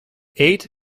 eight